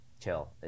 chill